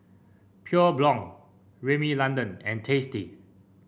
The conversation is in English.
Pure Blonde Rimmel London and Tasty